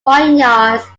vineyards